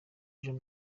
ejo